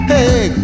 Hey